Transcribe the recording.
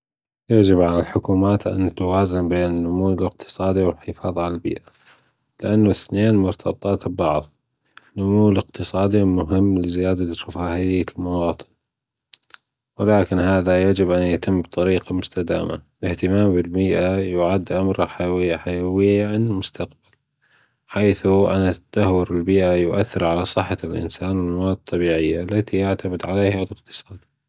يجب على الحكومات أن تحافظ على النمو الأقتصادي والحافظ على البيئة لأن الثنين مرتبطات ببعض النمو الاقتصادي مهم لزيادة رفاهية المواطن ولكن هذا يجب أن يتم بطريقة مستدامة الأهتمام بالبيئة يعد أمر حيو- حيويًا للمستقبل حيث أن تدهور البيئة يؤثر على صحة الأنسان والموارد الطبيعية التي يعتمد عليها الاقتصاد.